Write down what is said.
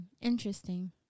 interesting